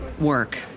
work